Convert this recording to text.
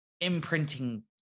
imprinting